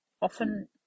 often